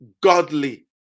godly